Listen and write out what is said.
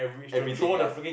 everything else